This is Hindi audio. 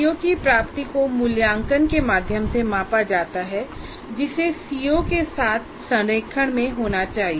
सीओ की प्राप्ति को मूल्यांकन के माध्यम से मापा जाता है जिसे सीओ के साथ संरेखण में होना चाहिए